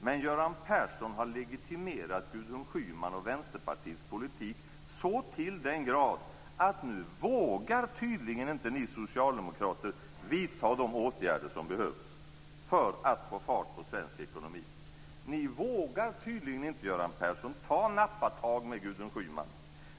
Men Göran Persson har legitimerat Gudrun Schyman och Vänsterpartiets politik så till den grad att ni socialdemokrater nu tydligen inte vågar vidta de åtgärder som behövs för att få fart på svensk ekonomi. Ni vågar tydligen inte, Göran Persson, ta nappatag med Gudrun Schyman.